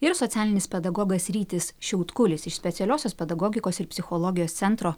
ir socialinis pedagogas rytis šiautkulis iš specialiosios pedagogikos ir psichologijos centro